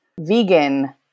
vegan